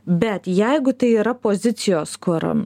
bet jeigu tai yra pozicijos kur